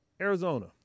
Arizona